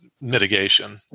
mitigation